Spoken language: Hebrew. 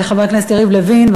לחבר הכנסת יריב לוין,